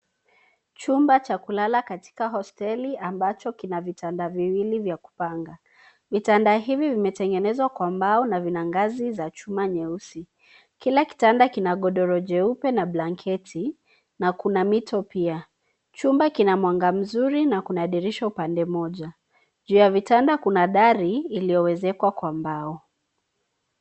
Chumba cha kulala katika hosteli ambacho kina vitanda viwili vya kupanga. Vitanda hivi vimetengenezwa kwa mbao na vina ngazi za chuma nyeusi. Kila kitanda kina godoro jeupe na blanketi na kuna mito pia. Chumba kina mwanga mzuri na kuna dirisha upande mmoja. Juu ya vitanda kuna dari iliyoezekwa kwa mbao.